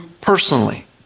personally